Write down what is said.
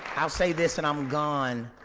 i'll say this and i'm gone.